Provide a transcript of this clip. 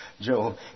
Joe